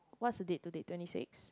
what's the date today twenty six